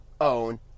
own